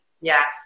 Yes